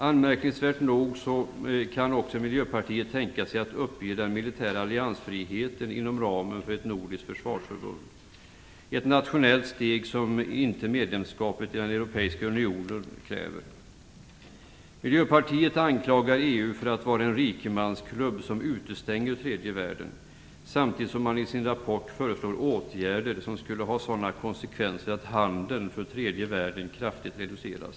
Anmärkningsvärt nog kan också Miljöpartiet tänka sig att uppge den militära alliansfriheten inom ramen för ett nordiskt försvarsförbund, ett nationellt steg som inte medlemskapet i den europeiska unionen kräver. Miljöpartiet anklagar EU för att vara en rikemansklubb som utestänger tredje världen, samtidigt som man i sin rapport föreslår åtgärder som skulle ha sådana konsekvenser att handeln för tredje världen kraftigt reducerades.